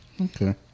Okay